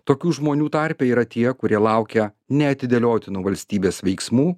tokių žmonių tarpe yra tie kurie laukia neatidėliotinų valstybės veiksmų